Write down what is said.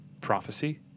prophecy